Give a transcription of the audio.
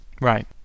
Right